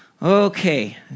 Okay